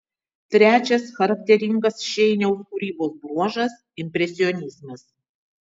trečias charakteringas šeiniaus kūrybos bruožas impresionizmas